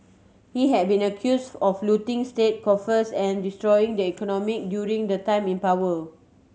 he has been accuse of looting state coffers and destroying the economy during the time in power